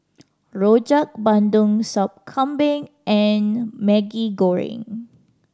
Rojak Bandung Sup Kambing and Maggi Goreng